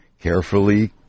Carefully